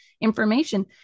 information